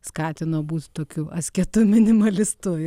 skatino būt tokiu asketu minimalistu